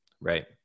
right